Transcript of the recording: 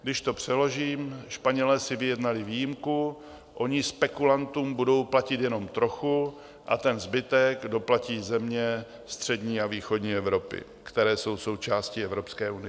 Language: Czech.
Když to přeložím, Španělé si vyjednali výjimku, oni spekulantům budou platit jenom trochu a ten zbytek doplatí země střední a východní Evropy, které jsou součástí Evropské unie.